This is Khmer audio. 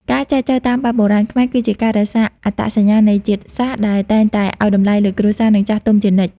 ការចែចូវតាមបែបបុរាណខ្មែរ គឺជាការរក្សា "អត្តសញ្ញាណនៃជាតិសាសន៍" ដែលតែងតែឱ្យតម្លៃលើគ្រួសារ និងចាស់ទុំជាធំ។